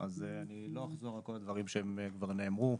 אז אני לא אחזור על כל הדברים שכבר נאמרו,